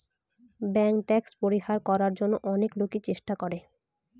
bank tax পরিহার করার জন্য অনেক লোকই চেষ্টা করে